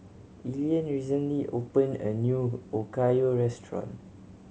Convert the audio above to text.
Elian recently opened a new Okayu Restaurant